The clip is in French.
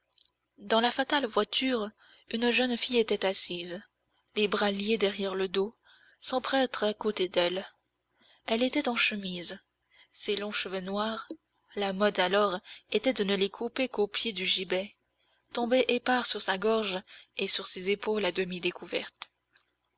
dans la fatale voiture une jeune fille était assise les bras liés derrière le dos sans prêtre à côté d'elle elle était en chemise ses longs cheveux noirs la mode alors était de ne les couper qu'au pied du gibet tombaient épars sur sa gorge et sur ses épaules à demi découvertes